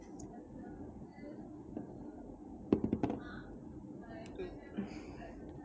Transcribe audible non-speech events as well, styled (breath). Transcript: (breath)